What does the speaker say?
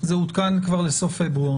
זה עודכן כבר לסוף פברואר.